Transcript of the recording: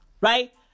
right